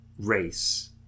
race